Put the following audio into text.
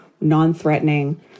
non-threatening